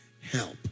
help